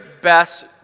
best